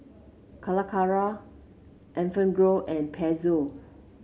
Calacara Enfagrow and Pezzo